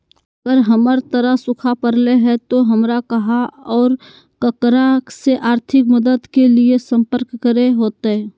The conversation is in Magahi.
अगर हमर तरफ सुखा परले है तो, हमरा कहा और ककरा से आर्थिक मदद के लिए सम्पर्क करे होतय?